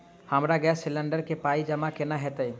हमरा gas cylinder केँ पाई जमा केना हएत?